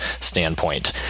standpoint